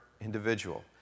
individual